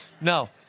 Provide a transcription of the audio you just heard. no